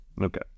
Okay